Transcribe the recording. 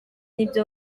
n’ibyo